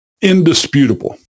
indisputable